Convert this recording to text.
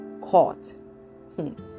caught